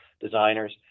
designers